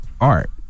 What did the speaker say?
art